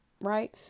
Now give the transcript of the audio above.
right